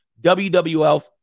WWF